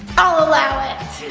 i'll allow it.